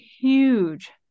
huge